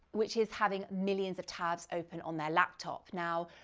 which is having millions of tabs open on their laptop. now,